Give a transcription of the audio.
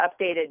updated